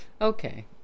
Okay